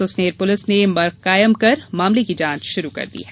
Susner police ने मर्ग कायम कर मामला की जांच में शुरू कर दी है